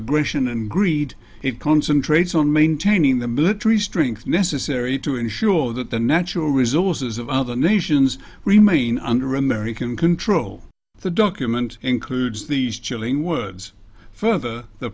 aggression and greed it concentrates on maintaining the military strength necessary to ensure that the natural resources of other nations remain under american control the document includes these chilling words further the